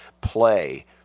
play